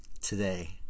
today